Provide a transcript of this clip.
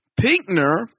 Pinkner